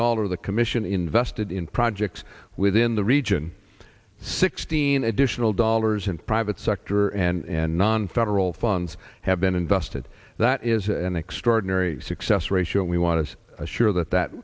dollar the commission invested in projects within the region sixteen additional dollars in private sector and non federal funds have been invested that is an extraordinary success ratio we want to assure that that